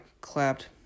clapped